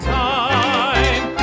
time